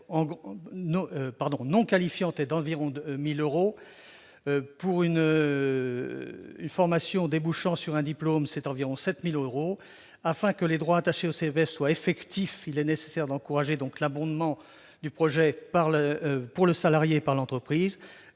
non qualifiante est d'environ 1 000 euros ; pour une formation débouchant sur un diplôme, il est de quelque 7 000 euros. Afin que les droits attachés au CPF soient effectifs, il est nécessaire d'encourager l'abondement des projets des salariés par les